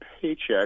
paycheck